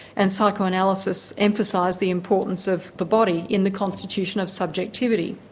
and psychoanalysis emphasised the importance of the body in the constitution of subjectivity.